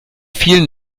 vielen